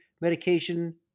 medication